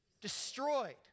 Destroyed